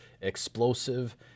explosive